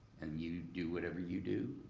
and you do whatever you do.